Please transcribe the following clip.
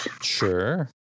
Sure